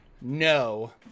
No